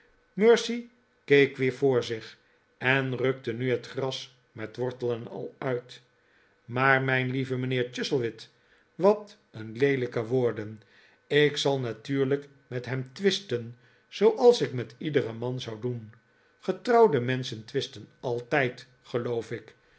keek weer voor zich en rukte nu het gras met wortel en al uit maar mijn lieve mijnheer chuzzlewit wat een leelijke woorden ik zal natuurlijk met hem twisten zooals ik met iederen man zou doen getrouwde menschen twisten altijd geloof ik